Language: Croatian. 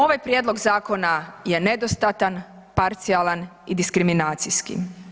Ovaj prijedlog zakona je nedostatan, parcijalan i diskriminacijski.